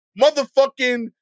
motherfucking